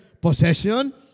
possession